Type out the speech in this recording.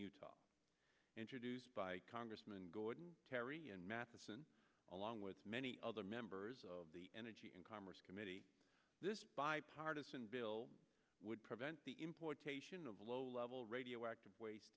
utah introduced by congressman gordon terry and matheson along with many other members of the energy and commerce committee this bipartisan bill would prevent the importation of low level radioactive waste